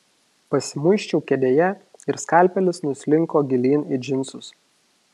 pasimuisčiau kėdėje ir skalpelis nuslinko gilyn į džinsus